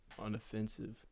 Unoffensive